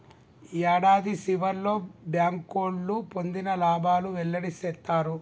యాడాది సివర్లో బ్యాంకోళ్లు పొందిన లాబాలు వెల్లడి సేత్తారు